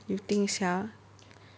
you think sia